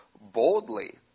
boldly